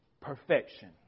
perfection